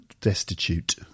destitute